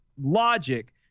logic